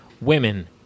Women